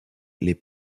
les